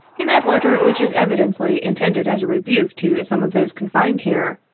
in that letter, which is evidently intended as a rebuke to some of those confined here,